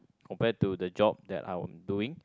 compare to the job that I was doing